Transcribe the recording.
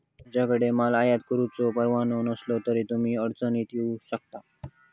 तुमच्याकडे माल आयात करुचो परवाना नसलो तर तुम्ही अडचणीत येऊ शकता